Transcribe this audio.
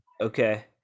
Okay